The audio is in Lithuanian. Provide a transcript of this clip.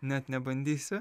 net nebandysiu